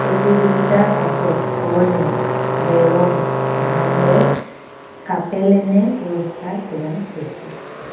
প্ৰতিযোগিতাৰ পাছত colonel baron van der কাপেলেনে পুৰস্কাৰ প্ৰদান কৰিছিল